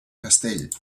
castell